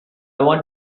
want